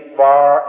far